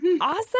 Awesome